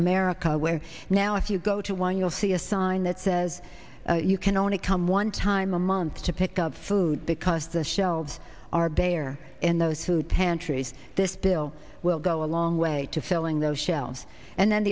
america where now if you go to one you'll see a sign that says you can only come one time a month to pick up food because the shelves are bare in those who'd pantries this bill will go a long way to filling those shelves and then